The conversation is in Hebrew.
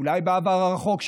אולי בעבר הרחוק,